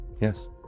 Yes